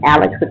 Alex